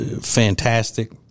fantastic